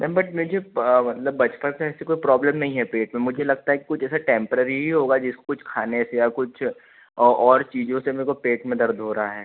ma'am but मुझे मतलब बचपन से ऐसे कोई प्रॉब्लम नही है पेट में मुझे लगता है कि कुछ ऐसा टेम्परेरी ही होगा जैसे कुछ खाने से या कुछ और और चीजों से मेरे को पेट में दर्द हो रहा है